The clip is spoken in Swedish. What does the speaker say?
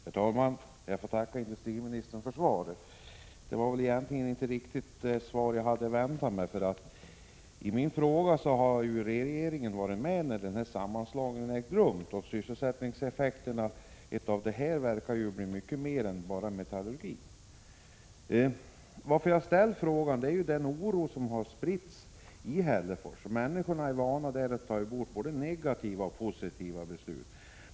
Herr talman! Jag får tacka industriministern för svaret. Det var egentligen inte det svar som jag hade väntat mig. Enligt min fråga har ju regeringen varit med när sammanslagningen ägde rum, men sysselsättningeffekterna verkar beröra mycket mer än metallurgin. Jag har ställt frågan mot bakgrund av den oro som spritts i Hällefors. Människorna där är vana att ta emot både negativa och positiva beslut.